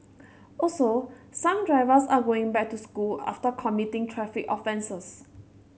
also some drivers are going back to school after committing traffic offences